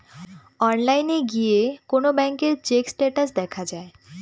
অনলাইনে গিয়ে কোন ব্যাঙ্কের চেক স্টেটাস দেখা যায়